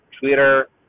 Twitter